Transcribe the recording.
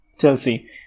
Chelsea